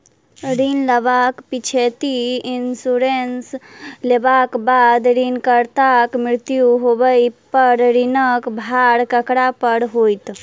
ऋण लेबाक पिछैती इन्सुरेंस लेबाक बाद ऋणकर्ताक मृत्यु होबय पर ऋणक भार ककरा पर होइत?